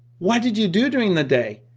what did you do during the day?